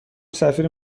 سفیر